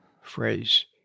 phrase